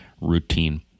routine